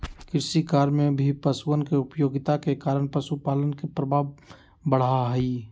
कृषिकार्य में भी पशुअन के उपयोगिता के कारण पशुपालन के प्रभाव बढ़ा हई